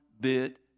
bit